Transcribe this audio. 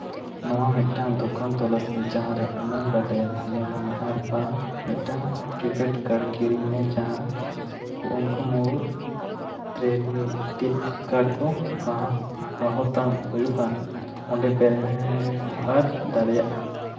ᱱᱚᱝᱠᱟᱱ ᱢᱤᱫᱴᱟᱝ ᱫᱚᱠᱟᱱ ᱛᱚᱞᱟᱥ ᱢᱮ ᱡᱟᱦᱟᱸ ᱨᱮ ᱟᱢᱮᱢ ᱵᱟᱰᱟᱭᱟ ᱜᱷᱟᱱᱮ ᱜᱷᱟᱱᱮ ᱟᱨ ᱵᱟᱝ ᱢᱤᱫᱴᱟᱝ ᱯᱨᱤ ᱯᱮᱭᱮᱰ ᱠᱟᱨᱰ ᱠᱤᱨᱤᱧ ᱢᱮ ᱡᱟᱦᱟᱸ ᱩᱱᱠᱩ ᱢᱩᱲᱩᱫ ᱠᱨᱮᱰᱤᱴ ᱠᱟᱨᱰ ᱠᱚᱦᱚᱸ ᱦᱟᱛᱟᱣ ᱦᱩᱭᱩᱜᱼᱟ ᱚᱸᱰᱮ ᱵᱮᱣᱦᱟᱨ ᱫᱟᱲᱮᱭᱟᱜᱼᱟ